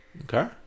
Okay